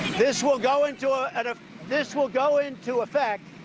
this will go into ah and ah this will go into effect,